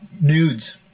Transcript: Nudes